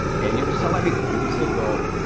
and you have to sell everything. you can say, well,